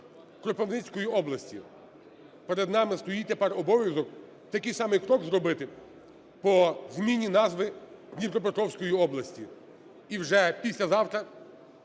Кропивницької області. Перед нами стоїть тепер обов'язок такий самий крок зробити по зміні назви Дніпропетровської області. І вже післязавтра,